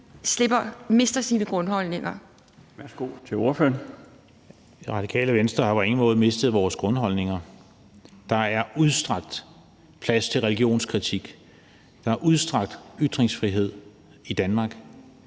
Christian Friis Bach (RV): I Radikale Venstre har vi på ingen måde mistet vores grundholdninger. Der er udstrakt plads til religionskritik. Der er udstrakt ytringsfrihed i Danmark